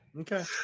Okay